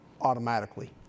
Automatically